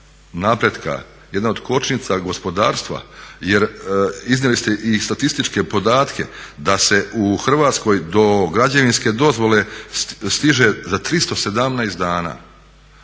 napretka, jedna od kočnica gospodarstva jer iznijeli ste i statističke podatke da se u Hrvatskoj do građevinske dozvole stiže za 317 dana.